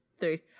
three